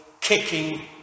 kicking